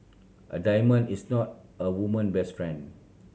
a diamond is not a woman best friend